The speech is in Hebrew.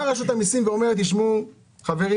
באה רשות המסים ואומרת: "תשמעו חברים,